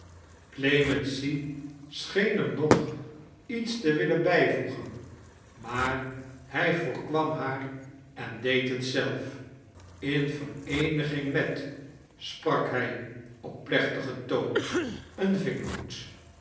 scheen er nog iets te willen bijvioegen maar hij voorkwam haar en deed het zelf in vereeniging met sprak hij op plechtigen toon een vingerhoed